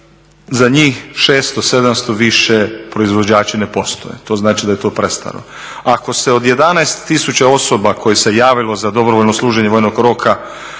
za njih 600, 700 više proizvođači ne postoje. To znači da je to prestaro. Ako se od 11 tisuća osoba kojih se javilo za dobrovoljno služenje vojnog roka